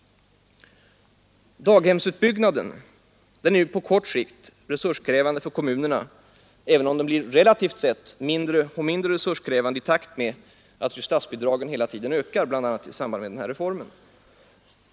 Daghemsutbyggnaden är på kort sikt resurskrävande för kommunerna, även om den relativt sett blir mindre och mindre resurskrävande i takt med att statsbidragen ökar, bl.a. i samband med denna reform.